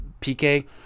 PK